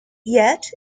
yet